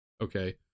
okay